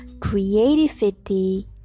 creativity